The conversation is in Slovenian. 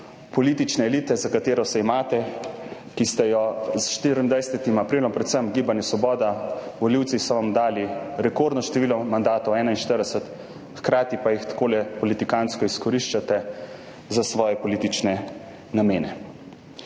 politične elite, za katero se imate. S 24. aprilom so vam, predvsem Gibanju Svoboda, volivci dali rekordno število mandatov, 41, hkrati pa jih takole politikantsko izkoriščate za svoje politične namene.